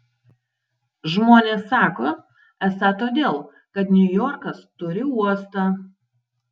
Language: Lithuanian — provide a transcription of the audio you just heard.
žmonės sako esą todėl kad niujorkas turi uostą